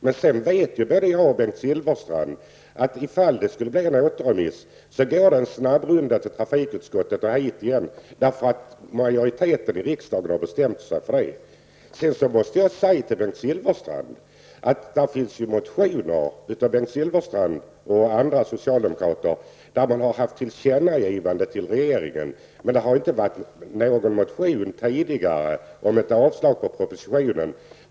Men sedan vet ju både jag och Bengt Silfverstrand att om det blir en återremiss går ärendet en snabbrunda till trafikutskottet och hit igen, därför att majoriteten i riksdagen har besämt sig för det. Sedan måste jag säga till Bengt Silfverstrand att det ju finns motioner av Bengt Silfverstrand och andra socialdemokrater där man yrkat på ett tillkännagivande till regeringen. Däremot har det inte förekommit någon motion om ett avslag på propositionen.